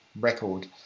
record